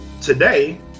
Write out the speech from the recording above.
today